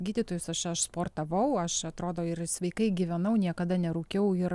gydytojus aš aš sportavau aš atrodo ir sveikai gyvenau niekada nerūkiau ir